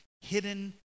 hidden